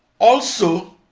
also,